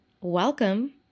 welcome